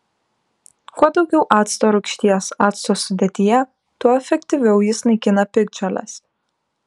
kuo daugiau acto rūgšties acto sudėtyje tuo efektyviau jis naikina piktžoles